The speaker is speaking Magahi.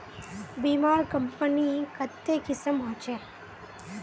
बीमार कंपनी कत्ते किस्म होछे